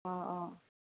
অঁ অঁ